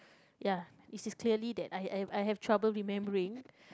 ya is is clearly that I I've I have trouble remembering